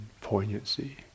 poignancy